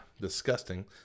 disgusting